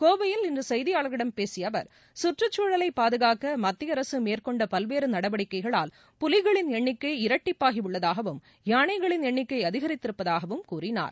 கோவையில் இன்று செய்தியாளர்களிடம் பேசிய அவர் சுற்றுச்சூழலை பாதுகாக்க மத்திய அரசு மேற்கொண்ட பல்வேறு நடவடிக்கைகளால் புலிகளின் எண்ணிக்கை இரட்டிப்பாகி உள்ளதாகவும் யானைகளின் எண்ணிக்கை அதிகரித்திருப்பதாகவும் அவர் கூறினார்